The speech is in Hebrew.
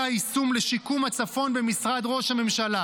היישום לשיקום הצפון במשרד ראש הממשלה.